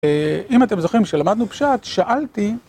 אם אתם זוכרים שלמדנו פשט, שאלתי